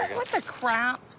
what the crap?